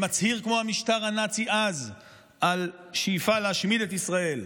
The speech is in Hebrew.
שמצהיר כמו המשטר הנאצי אז על שאיפה להשמיד את ישראל,